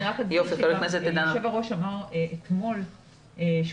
אני רק אומר שהיושב ראש אמר אתמול שהוא